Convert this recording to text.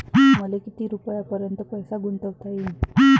मले किती रुपयापर्यंत पैसा गुंतवता येईन?